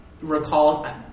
recall